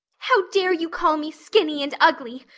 how dare you call me skinny and ugly?